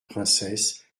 princesses